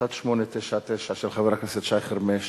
מס' 1899, של חבר הכנסת שי חרמש,